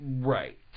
Right